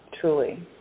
Truly